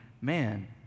man